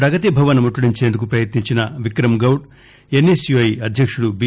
పగతి Bhavan ముట్టడించేందుకు పయత్నించిన Vikram Goud NSUI అధ్యక్షుడు B